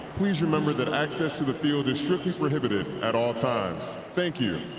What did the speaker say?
please remember that access to the field is strictly prohibited at all times. thank you.